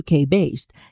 UK-based